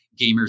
Gamers